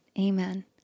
Amen